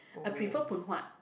I prefer Phoon Huat